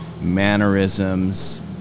mannerisms